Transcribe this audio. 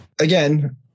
again